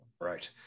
right